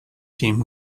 team